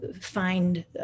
find